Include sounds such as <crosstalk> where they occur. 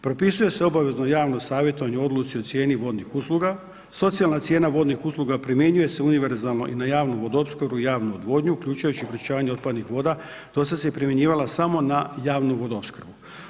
Propisuje se obavezno javno savjetovanje o odluci u cijeni vodnih usluga, socijalna cijena vodnih usluga, primjenjuje se univerzalno i na javnu vodoopskrbnu, javnu odvodnju, uključujući … <unintelligible> otpadnih voda do sada se primjenjivala samo na javnu vodoopskrbu.